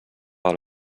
del